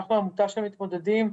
אנחנו עמותה של מתמודדים,